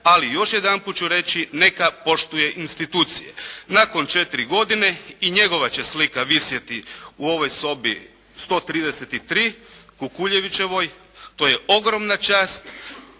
Ali, još jedanput ću reći, neka poštuje institucije. Nakon četiri godine i njegova će slika visjeti u ovoj sobi 133 "Kukuljevičevoj", to je ogromna čast,